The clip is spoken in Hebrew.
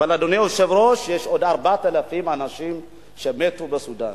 אבל, אדוני היושב-ראש, 4,000 אנשים מתו בסודן.